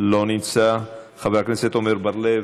לא נמצא, חבר הכנסת עמר בר-לב,